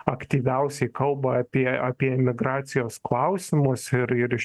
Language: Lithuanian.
aktyviausiai kalba apie apie emigracijos klausimus ir ir iš